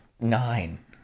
nine